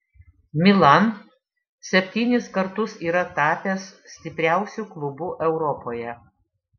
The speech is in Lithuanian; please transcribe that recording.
milan septynis kartus yra tapęs stipriausiu klubu europoje